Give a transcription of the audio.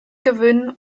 gewöhnen